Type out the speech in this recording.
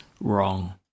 wrong